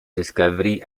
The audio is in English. discovery